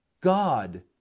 God